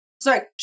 Sorry